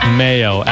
mayo